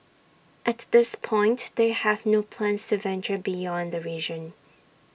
at this point they have no plans to venture beyond the region